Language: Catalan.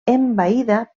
envaïda